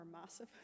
massive